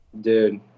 Dude